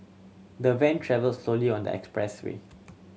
the van travel slowly on the expressway